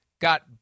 got